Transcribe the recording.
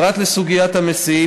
פרט לסוגיית המסיעים,